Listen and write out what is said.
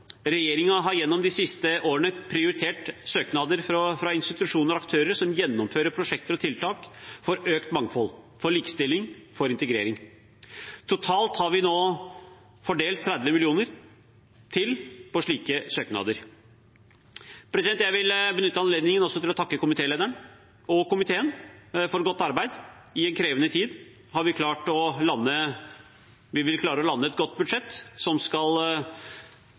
har gjennom de siste årene prioritert søknader fra institusjoner og aktører som gjennomfører prosjekter og tiltak for økt mangfold, for likestilling og for integrering. Totalt har vi nå fordelt 30 mill. kr til på slike søknader. Jeg vil benytte anledningen til også å takke komitélederen og komiteen for et godt arbeid. I en krevende tid vil vi klare å lande et godt budsjett som skal